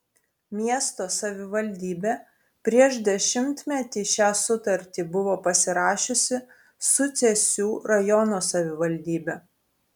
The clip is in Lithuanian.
miesto savivaldybė prieš dešimtmetį šią sutartį buvo pasirašiusi su cėsių rajono savivaldybe